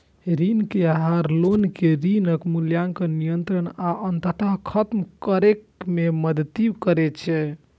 ऋण आहार लोग कें ऋणक मूल्यांकन, नियंत्रण आ अंततः खत्म करै मे मदति करै छै